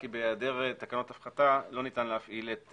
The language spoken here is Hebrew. כי בהיעדר תקנות הפחתה לא ניתן להפעיל את